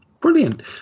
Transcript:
Brilliant